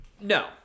No